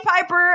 piper